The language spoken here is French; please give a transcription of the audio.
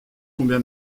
combien